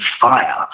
fire